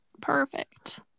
perfect